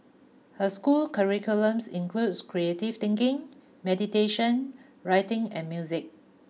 her school curriculums includes creative thinking meditation writing and music